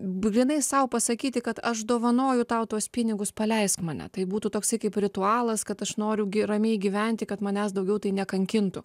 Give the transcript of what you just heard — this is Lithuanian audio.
grynai sau pasakyti kad aš dovanoju tau tuos pinigus paleisk mane tai būtų toksai kaip ritualas kad aš noriu gi ramiai gyventi kad manęs daugiau tai nekankintų